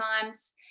times